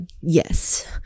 yes